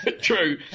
true